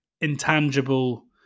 intangible